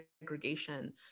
segregation